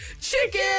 chicken